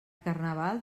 carnaval